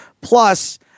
Plus